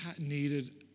needed